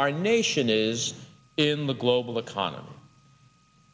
our nation is in the global economy